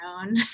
own